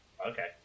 okay